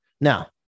Now